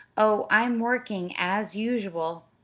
oh, i'm working, as usual,